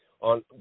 on